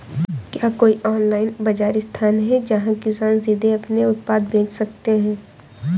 क्या कोई ऑनलाइन बाज़ार स्थान है जहाँ किसान सीधे अपने उत्पाद बेच सकते हैं?